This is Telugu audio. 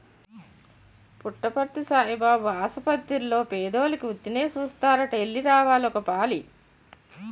పుట్టపర్తి సాయిబాబు ఆసపత్తిర్లో పేదోలికి ఉత్తినే సూస్తారట ఎల్లి రావాలి ఒకపాలి